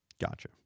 Gotcha